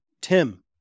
Tim